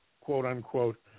quote-unquote